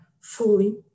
fully